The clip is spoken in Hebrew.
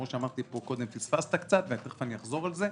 כמו שאמרתי פה קודם ופספסת קצת ותכף אני אחזור על זה.